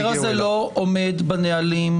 ההסדר הזה לא עומד בנהלים של ועדות הכנסת.